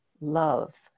love